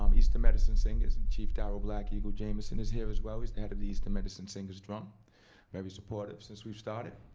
um eastern medicine singers, and chief daryl black eagle jamison is here, as well. he's the head of the eastern medicine singers very supportive since we've started.